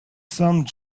some